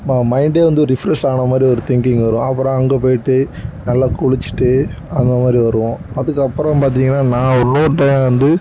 மா மைண்டே வந்து ஒரு ரிஃப்ரஸ் ஆன மாதிரி ஒரு திங்கிங் வரும் அப்புறம் அங்கே போய்ட்டு நல்லா குளிச்சிட்டு அந்தமாதிரி வருவோம் அதுக்கப்புறம் பார்த்திங்கன்னா நான் இன்னொருத்தடவை வந்து